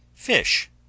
Fish